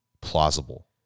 Plausible